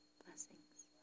blessings